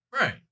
Right